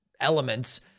elements